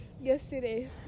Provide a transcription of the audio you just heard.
yesterday